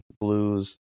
Blues